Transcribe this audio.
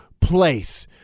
place